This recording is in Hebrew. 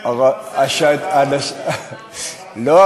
זה לא היה עוזר, אבל למה הוא לא